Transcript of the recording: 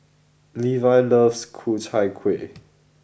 Levi loves Ku Chai Kueh